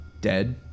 dead